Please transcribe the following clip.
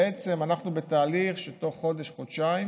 ואנחנו בתהליך שבתוך חודש-חודשיים